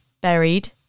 buried